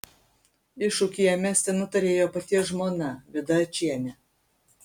iššūkį jam mesti nutarė jo paties žmona vida ačienė